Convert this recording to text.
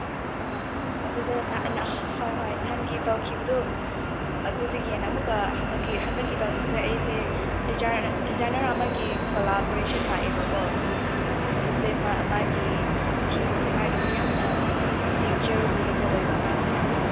ꯑꯥ ꯑꯗꯨꯗ ꯍꯣꯏ ꯍꯣꯏ ꯅꯍꯥꯟꯒꯤ ꯇꯧꯈꯤꯕꯗꯣ ꯑꯗꯨꯗꯒꯤ ꯍꯦꯟꯅ ꯑꯃꯨꯛꯀ ꯍꯟꯗꯛꯀꯤ ꯇꯧꯅꯤꯡꯕꯁꯦ ꯑꯩꯁꯦ ꯗꯤꯖꯥꯏꯟꯅꯔ ꯑꯃꯒꯤ ꯀꯣꯂꯥꯕꯣꯔꯦꯁꯟ ꯂꯥꯛꯑꯦꯕꯀꯣ ꯑꯗꯨꯁꯦ ꯃꯥꯒꯤ ꯊꯤꯝꯁꯦ ꯃꯥꯒꯤꯁꯦ ꯌꯥꯝꯅ ꯅꯦꯆꯔ ꯋꯦꯗ ꯑꯣꯏꯕ ꯃꯥꯁꯦ ꯌꯥꯝꯅ